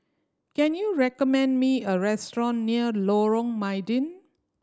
can you recommend me a restaurant near Lorong Mydin